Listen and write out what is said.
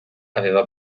aveva